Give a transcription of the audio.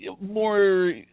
more